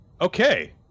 Okay